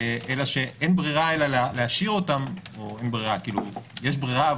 אין ברירה - יש ברירה,